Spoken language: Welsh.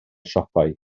siopau